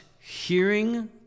hearing